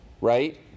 right